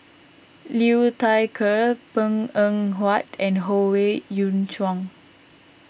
Liu Thai Ker Png Eng Huat and Howe Yoon Chong